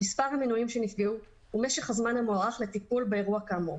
מספר המנויים שנפגעו ומשך הזמן המוערך לטיפול באירוע כאמור,